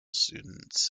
students